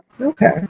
okay